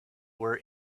were